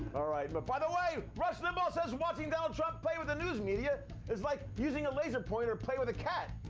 all right. but by the way, rush limbaugh says watching donald trump play with the news media is like using a laser pointer to play with a cat.